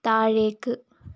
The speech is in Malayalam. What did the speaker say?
താഴേക്ക്